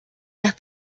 las